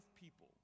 people